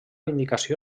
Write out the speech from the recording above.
indicació